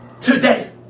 Today